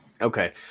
Okay